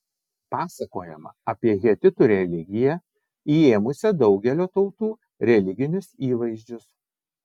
pasakojama apie hetitų religiją įėmusią daugelio tautų religinius įvaizdžius